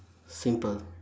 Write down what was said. simple